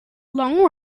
long